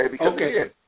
Okay